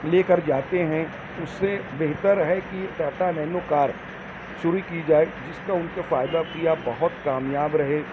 لے کر جاتے ہیں اس سے بہتر ہے کہ ٹاٹا نینو کار شروع کی جائے جس کا ان کو فائدہ کیا بہت کامیاب رہے